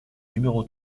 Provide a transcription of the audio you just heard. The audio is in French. numéro